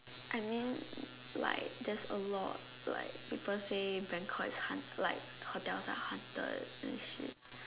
I mean like that's a lot like people say Bangkok is haunt~ hotels are haunted and shit